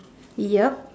yup